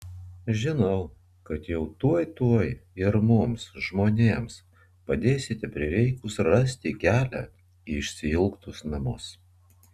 žinau kad jau tuoj tuoj ir mums žmonėms padėsite prireikus rasti kelią į išsiilgtus namus